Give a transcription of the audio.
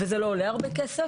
וזה לא עולה הרבה כסף.